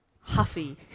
Huffy